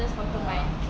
ya